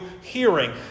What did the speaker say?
hearing